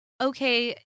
okay